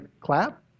clap